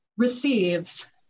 receives